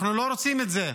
אנחנו לא רוצים את זה.